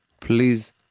Please